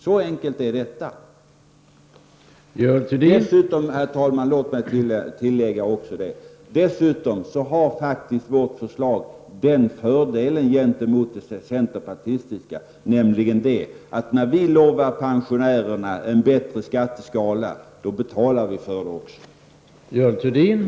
Så enkelt är det alltså. Dessutom har faktiskt vårt förslag den fördelen gentemot det centerpartistiska, att när vi lovar pensionärerna en bättre skatteskala, då betalar vi också för det.